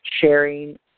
sharing